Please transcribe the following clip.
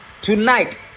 tonight